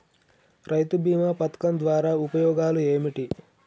రైతు బీమా పథకం ద్వారా ఉపయోగాలు ఏమిటి?